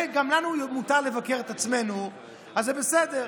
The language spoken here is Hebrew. גם לנו מותר לבקר את עצמנו וזה בסדר,